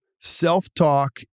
self-talk